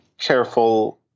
careful